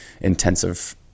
intensive